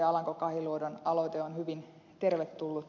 alanko kahiluodon aloite on hyvin tervetullut